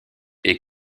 est